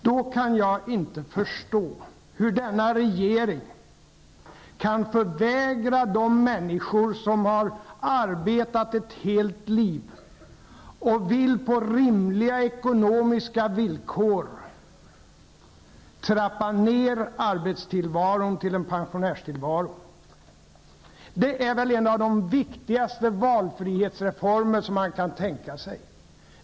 Då kan jag inte förstå hur denna regering kan förvägra de människor som har arbetat ett helt liv och vill, på rimliga ekonomiska villkor, trappa ner arbetstillvaron till en pensionärstillvaro. Det gäller väl en av de viktigaste valfrihetsreformer som man kan tänka sig.